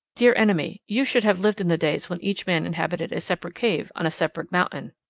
dear enemy you should have lived in the days when each man inhabited a separate cave on a separate mountain.